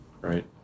right